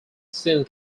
since